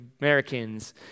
Americans